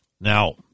Now